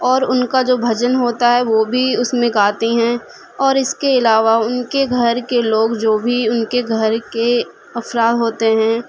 اور ان کا جو بھجن ہوتا ہے وہ بھی اس میں گاتی ہیں اور اس کے علاوہ ان کے گھر کے لوگ جو بھی ان کے گھر کے افراد ہوتے ہیں